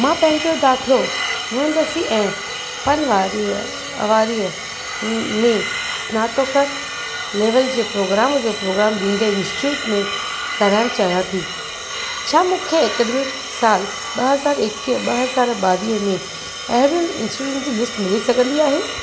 मां पंहिंजो दाख़िलो मुहंदिसी ऐं फ़नवारेआ वारीअ में स्नातोकर लेवल जे प्रोग्राम जो प्रोग्राम ॾींदड़ इन्स्टिटयूट में कराइण चाहियां थी छा मूंखे ऐकडेमिक सालु ॿ हज़ार एकवीह ॿ हज़ार ॿावीह में एहिड़ियुनि इन्स्टिटयूटनि जी लिस्ट मिली सघंदी आहे